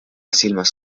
silmas